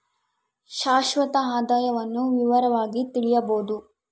ಶಾಶ್ವತ ಆದಾಯವನ್ನು ವಿವರವಾಗಿ ತಿಳಿಯಬೊದು